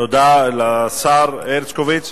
תודה לשר הרשקוביץ.